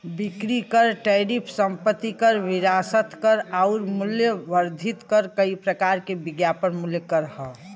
बिक्री कर टैरिफ संपत्ति कर विरासत कर आउर मूल्य वर्धित कर कई प्रकार के विज्ञापन मूल्य कर हौ